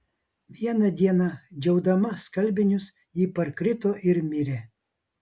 vieną dieną džiaudama skalbinius ji parkrito ir mirė